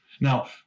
Now